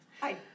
Hi